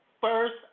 First